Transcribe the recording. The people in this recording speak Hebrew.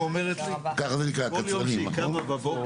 ככה זה נקרא קצרנים נכון?